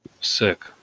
Sick